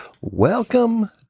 Welcome